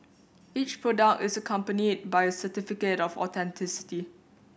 each product is accompanied by a certificate of authenticity